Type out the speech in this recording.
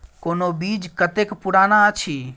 कोनो बीज कतेक पुरान अछि?